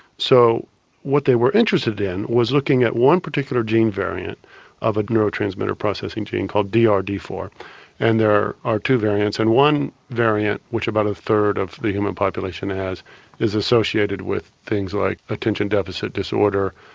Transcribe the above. so what they were interested in was looking at one particular gene variant of a neurotransmitter processing gene called d r d four and there are two variants. and one variant which about a third of the human population has is associated with things like attention deficit disorder,